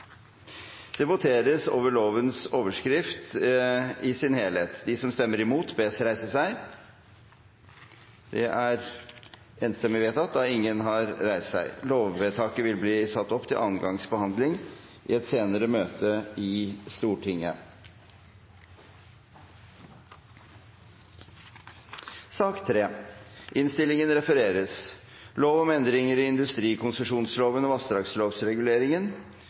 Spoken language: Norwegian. Det voteres over I og II. Det voteres over lovens overskrift og loven i sin helhet. Lovvedtaket vil bli ført opp til andre gangs behandling i et senere møte i Stortinget. Det voteres over I til og